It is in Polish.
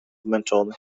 zmęczony